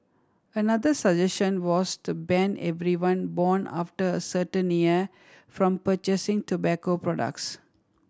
another suggestion was to ban everyone born after a certain year from purchasing tobacco products